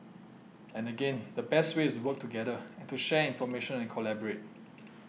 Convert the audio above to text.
and again the best way is to work together and to share information and to collaborate